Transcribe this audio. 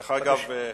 דרך אגב,